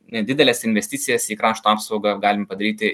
nedideles investicijas į krašto apsaugą galim padaryti